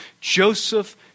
Joseph